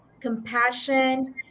compassion